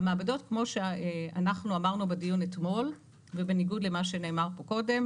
והמעבדות כמו שאנחנו אמרנו אתמול ובניגוד למה שנאמר פה קודם,